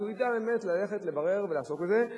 אז הוא ידע באמת ללכת לברר ולעסוק בזה.